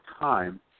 time